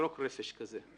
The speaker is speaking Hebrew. לזרוק רפש כזה.